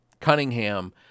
Cunningham